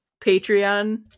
Patreon